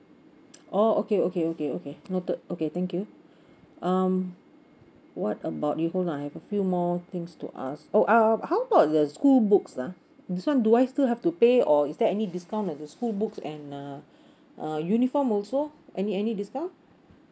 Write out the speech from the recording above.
oh okay okay okay okay noted okay thank you um what about uniform I have a few more things to ask oh uh how about the school books ah this one do I still have to pay or is there any discount on the school books and uh uh uniform also any any discount